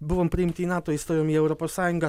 buvom priimti į nato įstojom į europos sąjungą